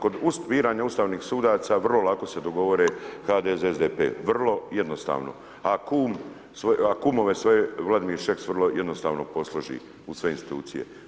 Kod biranja ustavnih sudaca vrlo lako se dogovore HDZ, SDP, vrlo jednostavno, a kumove svoje Vladimir Šeks vrlo jednostavno posloži u sve institucije.